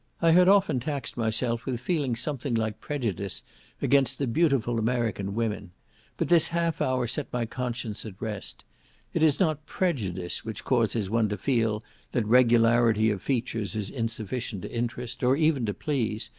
i had often taxed myself with feeling something like prejudice against the beautiful american women but this half hour set my conscience at rest it is not prejudice which causes one to feel that regularity of features is insufficient to interest, or even to please,